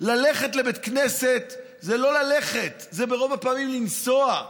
ללכת לבית כנסת זה לא ללכת, זה ברוב הפעמים לנסוע,